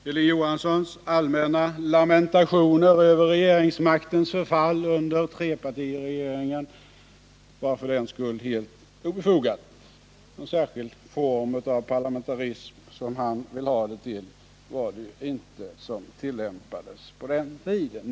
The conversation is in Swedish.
Hilding Johanssons allmänna lamentationer över regeringsmaktens förfall under trepartiregeringen var för den skull helt obefogade. Någon särskild form av parlamentarism, som han ville ha det till, var det ju inte som tillämpades under den tiden.